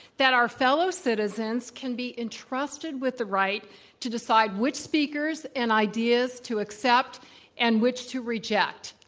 that our fellow citizens can be entrusted with the right to decide which speakers and ideas to accept and which to reject?